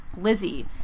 Lizzie